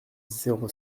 zéro